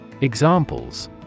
Examples